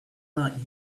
not